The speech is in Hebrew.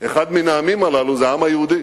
אחד מן העמים הללו זה העם היהודי.